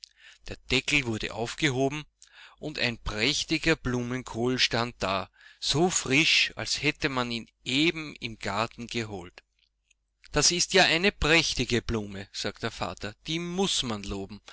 der deckel wurde aufgehoben und ein prächtiger blumenkohl stand da so frisch als hätte man ihn eben im garten geholt das ist ja eine prächtige blume sagte der vater die muß man loben